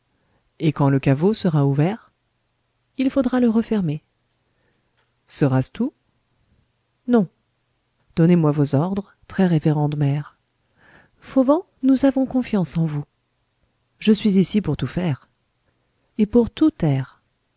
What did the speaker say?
et quand le caveau sera ouvert il faudra le refermer sera-ce tout non donnez-moi vos ordres très révérende mère fauvent nous avons confiance en vous je suis ici pour tout faire et pour tout